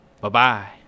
Bye-bye